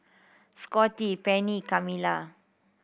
Scotty Pennie Kamila